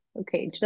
okay